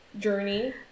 journey